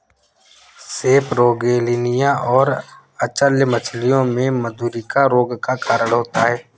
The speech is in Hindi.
सेपरोगेलनिया और अचल्य मछलियों में मधुरिका रोग का कारण होता है